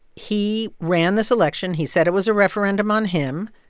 he ran this election. he said it was a referendum on him.